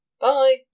Bye